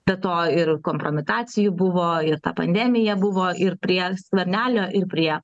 be to ir kompromitacijų buvo ir ta pandemija buvo ir prie skvernelio ir prie